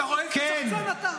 אתה רואה איזה שחצן אתה?